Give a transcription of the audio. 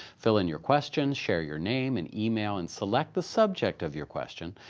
fill in your questions, share your name and email, and select the subject of your question.